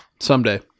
Someday